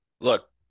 Look